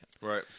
Right